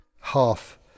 half